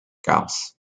gauss